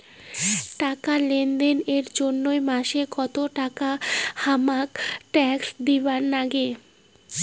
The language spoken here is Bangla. টাকা লেনদেন এর জইন্যে মাসে কত টাকা হামাক ট্যাক্স দিবার নাগে?